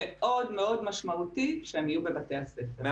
מאוד מאוד משמעותי שהם יהיו בבתי הספר.